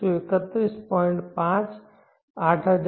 5 8131